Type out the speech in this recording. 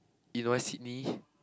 you know why Sydney